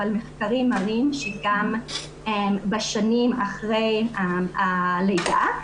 אבל מחקרים מראים שגם בשנים אחרי הלידה,